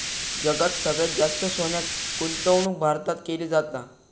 जगात सगळ्यात जास्त सोन्यात गुंतवणूक भारतात केली जाता